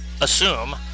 assume